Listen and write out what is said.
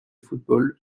football